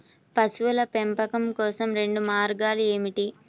పశువుల పెంపకం కోసం రెండు మార్గాలు ఏమిటీ?